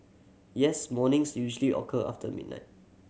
yes mornings usually occur after midnight